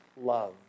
love